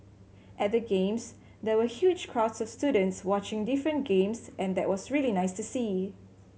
at the Games there were huge crowds of students watching different games and that was really nice to see